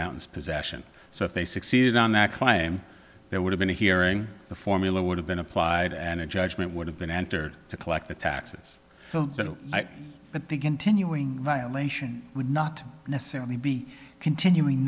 mountains possession so if they succeeded on that claim there would have been a hearing the formula would have been applied and a judgment would have been entered to collect the taxes so that the continuing violation would not necessarily be continuing